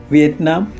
Vietnam